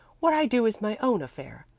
what i do is my own affair.